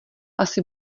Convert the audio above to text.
asi